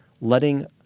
letting